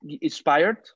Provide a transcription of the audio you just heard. inspired